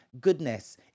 goodness